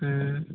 ᱦᱩᱸ